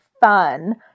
fun